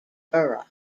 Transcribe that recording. borough